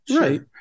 Right